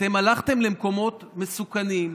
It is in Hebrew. אתם הלכתם למקומות מסוכנים.